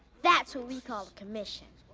that's what we call a commission.